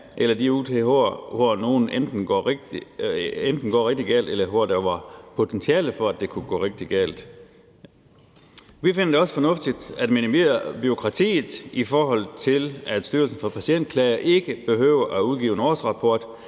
hændelser, hvor noget enten går rigtig galt, eller hvor der var potentiale for, at det kunne gå rigtig galt. Vi finder det også fornuftigt at minimere bureaukratiet, i forhold til at Styrelsen for Patientklager ikke behøver at udgive en årsrapport,